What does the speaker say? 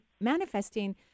manifesting